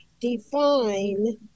define